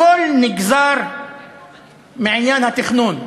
הכול נגזר מעניין התכנון,